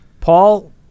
Paul